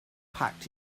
packed